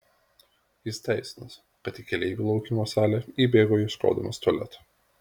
jis teisinosi kad į keleivių laukimo salę įbėgo ieškodamas tualeto